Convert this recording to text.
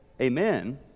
amen